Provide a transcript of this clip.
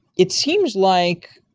it's seems like